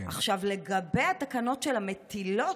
לגבי התקנות של המטילות,